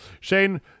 Shane